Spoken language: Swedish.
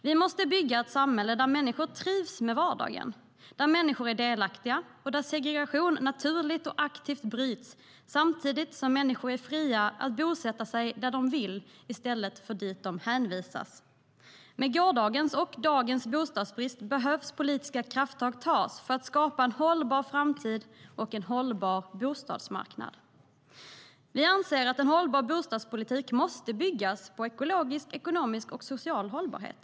Vi måste bygga ett samhälle där människor trivs med vardagen, där människor är delaktiga och där segregation naturligt och aktivt bryts samtidigt som människor är fria att bosätta sig där de vill i stället för där dit de hänvisas. Vi anser att en hållbar bostadspolitik måste byggas på ekologisk, ekonomisk och social hållbarhet.